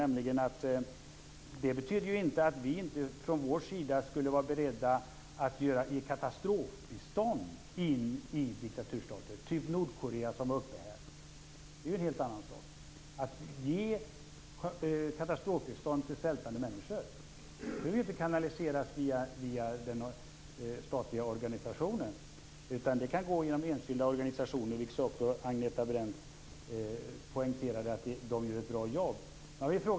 Det jag nu har sagt betyder inte att vi inte skulle vara beredda att sätta in katastrofbistånd i diktaturstater som Nordkorea, som togs upp i debatten. Att ge katastrofbistånd till svältande människor är en helt annan sak. Det biståndet behöver inte kanaliseras via den statliga organisationen, utan det kan gå genom enskilda organisationer - Agneta Brendt poängterade ju också att dessa gör ett bra jobb.